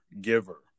giver